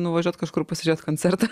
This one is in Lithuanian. nuvažiuot kažkur pasižiūrėt koncertą